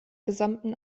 gesamten